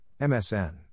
MSN